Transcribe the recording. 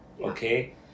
okay